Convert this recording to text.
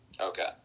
Okay